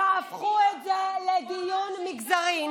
לא תהפכו את זה לדיון מגזרי.